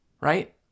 Right